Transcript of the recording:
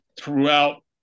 throughout